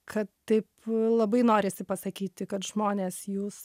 kad taip labai norisi pasakyti kad žmonės jūs